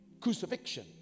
crucifixion